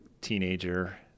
teenager